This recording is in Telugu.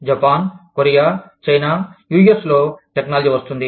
జపాన్ కొరియా చైనా యుఎస్ లో టెక్నాలజీ వస్తుంది